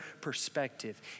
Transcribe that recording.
perspective